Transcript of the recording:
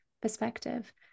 perspective